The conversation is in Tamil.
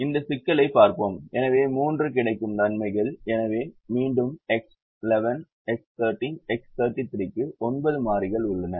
எனவே இந்த சிக்கலைப் பார்ப்போம் எனவே மூன்று கிடைக்கும் தன்மைகள் எனவே மீண்டும் X11 X13 X33 க்கு 9 மாறிகள் உள்ளன